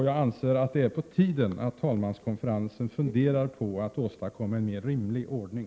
Jag anser att det är på tiden att te is ER § Statens pris och Kar, talmanskonferensen funderar på att åstadkomma en mer rimlig ordning.